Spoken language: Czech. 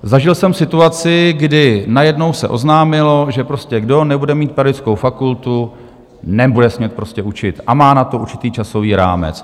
Zažil jsem situaci, kdy najednou se oznámilo, že prostě kdo nebude mít pedagogickou fakultu, nebude smět prostě učit a má na to určitý časový rámec.